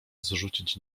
zrzucić